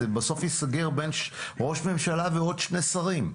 ובסוף זה ייסגר בין ראש הממשלה ועוד שני שרים.